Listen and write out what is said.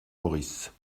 maurice